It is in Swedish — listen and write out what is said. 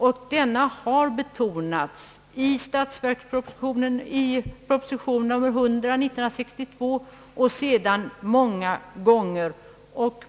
Den saken har betonats i proposition nr 100 år 1962 och många andra gånger.